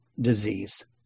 disease